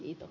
itä